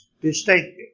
distinctive